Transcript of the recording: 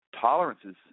tolerances